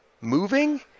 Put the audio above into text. moving